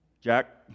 Jack